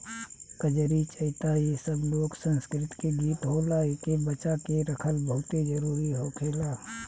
कजरी, चइता इ सब लोक संस्कृति के गीत होला एइके बचा के रखल बहुते जरुरी होखेला